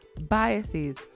biases